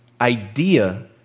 idea